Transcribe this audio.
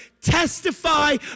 Testify